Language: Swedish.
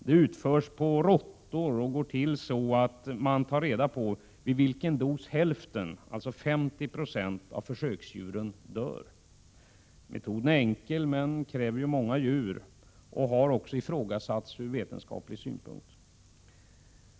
Det utförs råttor och går till så att man tar reda på vid vilken dos hälften, alltså 50 20, av försöksdjuren dör. Metoden är enkel men kräver många djur och har också ifrågasatts ur vetenskaplig synpunkt.